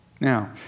Now